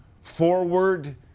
forward